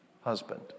husband